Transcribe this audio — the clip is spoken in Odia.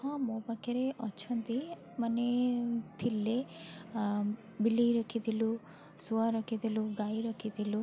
ହଁ ମୋ ପାଖରେ ଅଛନ୍ତି ମାନେ ଥିଲେ ବିଲେଇ ରଖିଥିଲୁ ଶୁଆ ରଖିଥିଲୁ ଗାଈ ରଖିଥିଲୁ